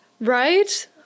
Right